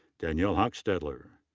danielle hochstedler.